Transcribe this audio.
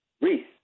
Reese